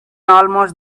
almost